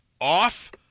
off